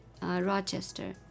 Rochester